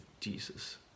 Jesus